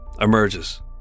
emerges